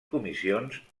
comissions